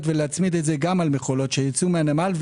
ולהצמיד את זה גם על מכולות שייצאו מהנמל.